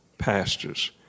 pastors